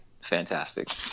fantastic